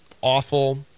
awful